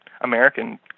American